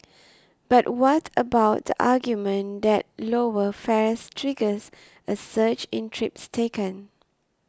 but what about the argument that lower fares triggers a surge in trips taken